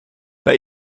bei